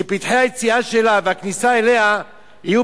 שפתחי היציאה שלה והכניסה אליה יהיו